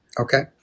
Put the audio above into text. Okay